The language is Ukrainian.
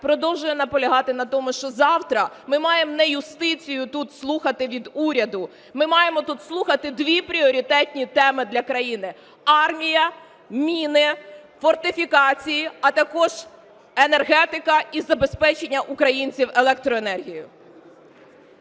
продовжує наполягати на тому, що завтра ми маємо не юстицію тут слухати від уряду, ми маємо тут слухати дві пріоритетні теми для країни: армія, міни, фортифікації, а також енергетика і забезпечення українців електроенергією.